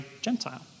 Gentile